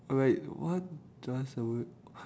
uh like what does a word